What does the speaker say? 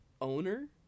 owner